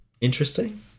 interesting